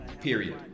period